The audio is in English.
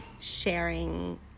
sharing